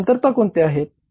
त्या कमतरता कोणत्या आहेत